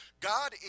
God